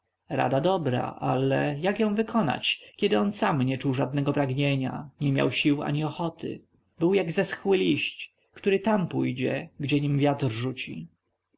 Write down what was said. rada dobra ale jak ją wykonać kiedy on sam nie czuł żadnego pragnienia nie miał sił ani ochoty był jak zeschły liść który tam pójdzie gdzie nim wiatr rzuci